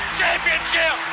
championship